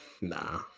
Nah